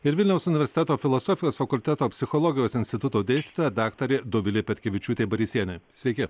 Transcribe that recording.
ir vilniaus universiteto filosofijos fakulteto psichologijos instituto dėstytoja daktarė dovilė petkevičiūtė barisienė sveiki